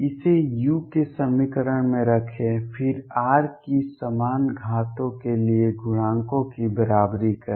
इसे u के समीकरण में रखें फिर r की समान घातों के लिए गुणांकों की बराबरी करें